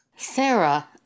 Sarah